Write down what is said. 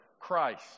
Christ